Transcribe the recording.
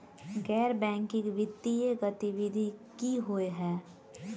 गैर बैंकिंग वित्तीय गतिविधि की होइ है?